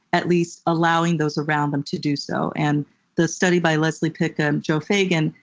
at least allowing those around them to do so, and the study by leslie pick and joe fagan,